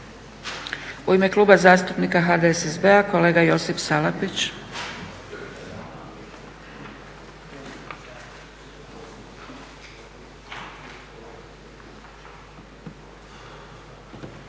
U ime Kluba zastupnika HDSSB-a kolega Josip Salapić.